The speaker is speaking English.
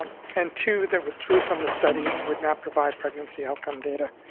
um and two that withdrew from the study and would not provide pregnancy outcome data,